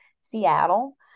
Seattle